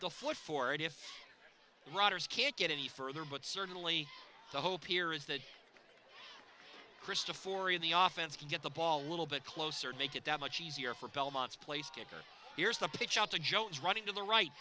the foot forward if rudders can't get any further but certainly the hope here is that krista fori in the office can get the ball a little bit closer to make it that much easier for belmont's place kicker here's the pitch out to jones running to the right